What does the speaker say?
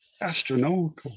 astronomical